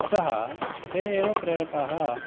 अतः ते एव प्रेरकाः